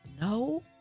No